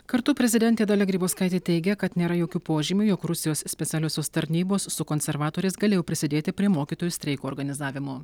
kartu prezidentė dalia grybauskaitė teigė kad nėra jokių požymių jog rusijos specialiosios tarnybos su konservatoriais galėjo prisidėti prie mokytojų streiko organizavimo